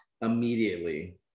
immediately